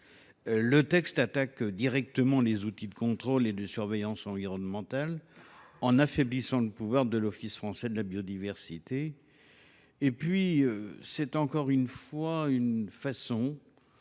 texte attaque directement les outils de contrôle et de surveillance environnementale en affaiblissant le pouvoir de l’Office français de la biodiversité. Une fois de plus,